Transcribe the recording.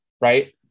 Right